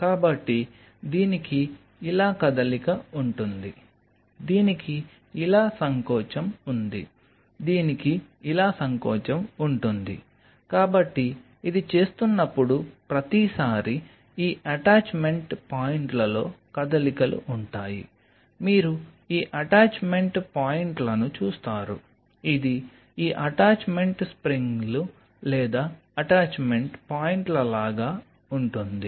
కాబట్టి దీనికి ఇలా కదలిక ఉంటుంది దీనికి ఇలా సంకోచం ఉంది దీనికి ఇలా సంకోచం ఉంటుంది కాబట్టి ఇది చేస్తున్నప్పుడు ప్రతిసారీ ఈ అటాచ్మెంట్ పాయింట్లలో కదలికలు ఉంటాయి మీరు ఈ అటాచ్మెంట్ పాయింట్లను చూస్తారు ఇది ఈ అటాచ్మెంట్ స్ప్రింగ్లు లేదా అటాచ్మెంట్ పాయింట్ల లాగా ఉంటుంది